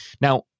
Now